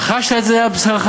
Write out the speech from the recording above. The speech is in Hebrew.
חשת את זה על בשרך,